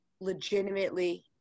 legitimately